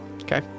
Okay